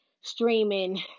streaming